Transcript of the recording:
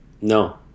No